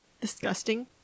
Disgusting